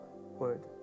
Word